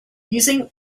using